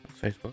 Facebook